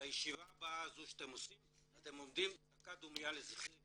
את הישיבה הבאה הזו שאתם עושים אתם עומדים דקה דומייה לזכרי.